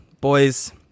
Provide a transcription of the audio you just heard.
boys